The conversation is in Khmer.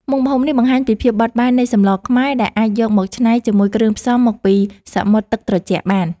មុខម្ហូបនេះបង្ហាញពីភាពបត់បែននៃសម្លខ្មែរដែលអាចយកមកច្នៃជាមួយគ្រឿងផ្សំមកពីសមុទ្រទឹកត្រជាក់បាន។